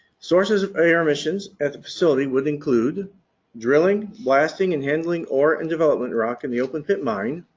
sources of air emissions at the facility would include drilling, blasting and handling ore and development rock in the open pit mine.